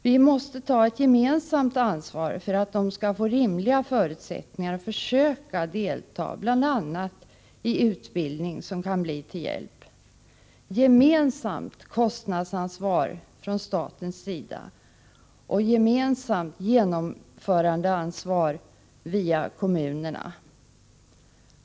Vi måste ta ett gemensamt ansvar för att de skall få rimliga förutsättningar att försöka delta bl.a. i utbildning som kan bli till hjälp, gemensamt kostnadsansvar via staten och gemensamt genomförandeansvar via kommunerna.